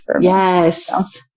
yes